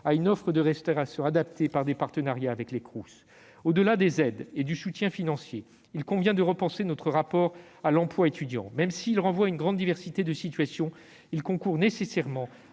des oeuvres universitaires et scolaires, les Crous. Au-delà des aides et du soutien financier, il convient de repenser notre rapport à l'emploi étudiant. Même s'il renvoie à une grande diversité de situations, il concourt nécessairement